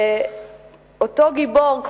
ואותו גיבור,